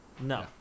No